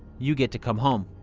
you get to come home.